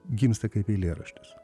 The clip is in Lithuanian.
gimsta kaip eilėraštis